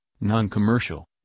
Non-Commercial